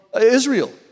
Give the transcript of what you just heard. Israel